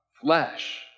flesh